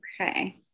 okay